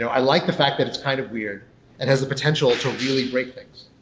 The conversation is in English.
i like the fact that it's kind of weird and has the potential to really break things.